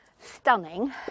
stunning